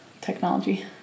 Technology